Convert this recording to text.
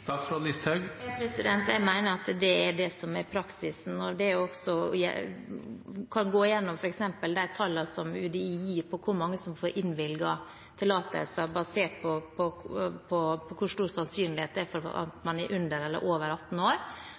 Jeg mener at det er det som er praksisen. En kan gå gjennom f.eks. de tallene som UDI gir over hvor mange som får innvilget tillatelser, basert på hvor stor sannsynlighet det er for at